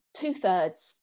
two-thirds